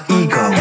ego